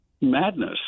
madness